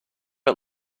one